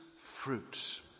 fruits